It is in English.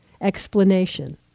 explanation